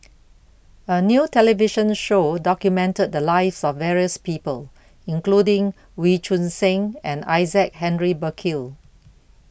A New television Show documented The Lives of various People including Wee Choon Seng and Isaac Henry Burkill